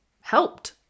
helped